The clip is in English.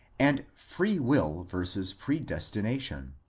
and free will versus predestination.